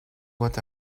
what